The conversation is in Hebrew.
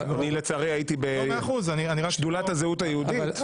אני לצערי, הייתי בשדולת הזהות היהודית.